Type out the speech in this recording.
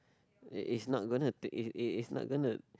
it is not gonna take if it is not gonna